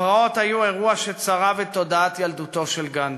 הפרעות היו אירוע שצרב את תודעת ילדותו של גנדי.